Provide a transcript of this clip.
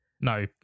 no